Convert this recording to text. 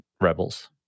Rebels